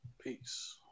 Peace